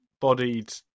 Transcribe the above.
bodied